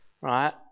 right